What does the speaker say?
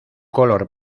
color